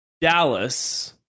Dallas